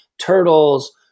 turtles